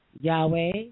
Yahweh